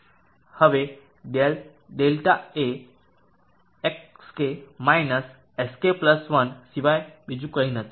હવે ડેલ delta x એ xk xk 1 સિવાય બીજું કંઈ નથી